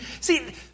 See